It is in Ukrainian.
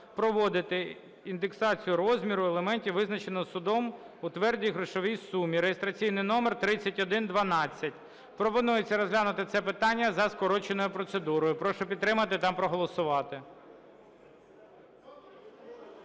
проводити індексацію розміру аліментів, визначеного судом у твердій грошовій сумі) (реєстраційний номер 3112). Пропонується розглянути це питання за скороченою процедурою. Прошу підтримати та проголосувати.